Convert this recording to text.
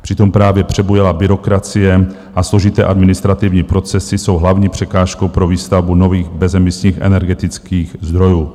Přitom právě přebujelá byrokracie a složité administrativní procesy jsou hlavní překážkou pro výstavbu nových bezemisních energetických zdrojů.